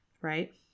right